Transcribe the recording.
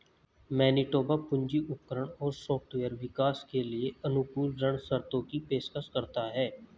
Manitoba पूंजी उपकरण और सॉफ्टवेयर विकास के लिए अनुकूल ऋण शर्तों की पेशकश करता है